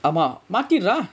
ஆமா மாத்திரு:aamaa maaththiru dah